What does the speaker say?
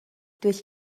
durch